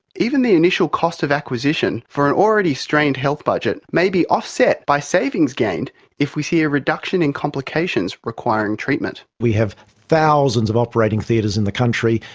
even the initial cost of acquisition for an already strained health budget may be offset by savings gained if we see a reduction in complications requiring treatment. we have thousands of operating theatres in the country,